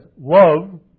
Love